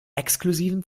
exklusiven